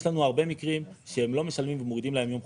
יש לנו הרבה מקרים שהם לא משלמים ומורידים להם יום חופש.